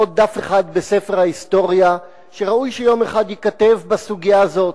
עוד דף אחד בספר ההיסטוריה שראוי שיום אחד ייכתב בסוגיה הזו: